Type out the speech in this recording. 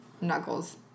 Knuckles